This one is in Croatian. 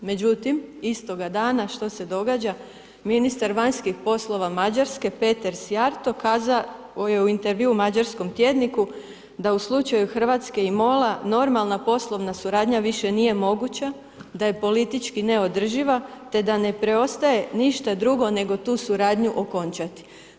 Međutim, istoga dana što se događa ministar vanjskih poslova Mađarske Peter Szijjarto kazao je u intervju mađarskom tjedniku da u slučaju Hrvatske i MOL-a normalna poslovna suradnja više nije moguća, da je politički neodrživa te da ne preostaje ništa drugo nego tu suradnju okončati.